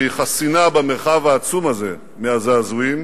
שהיא חסינה במרחב העצום הזה מהזעזועים,